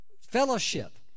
fellowship